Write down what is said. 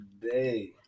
today